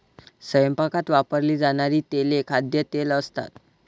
स्वयंपाकात वापरली जाणारी तेले खाद्यतेल असतात